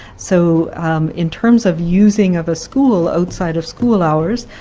so in terms of using of a school outside of school hours,